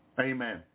Amen